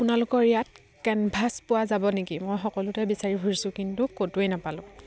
আপোনালোকৰ ইয়াত কেনভাছ পোৱা যাব নেকি মই সকলোতে বিচাৰি ফুৰিছো কিন্তু ক'তোৱেই নাপালোঁ